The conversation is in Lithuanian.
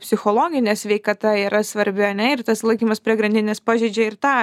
psichologinė sveikata yra svarbi ane ir tas laikymas prie grandinės pažeidžia ir tą